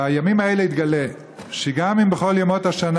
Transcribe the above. בימים האלה התגלה שגם אם בכל ימות השנה